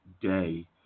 day